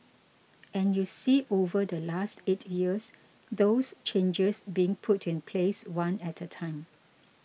and you see over the last eight years those changes being put in place one at a time